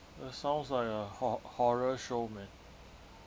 uh sounds like a hor~ horror show man